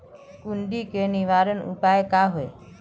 सुंडी के निवारण उपाय का होए?